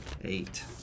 Eight